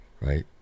right